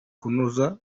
kunoza